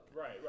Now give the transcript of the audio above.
Right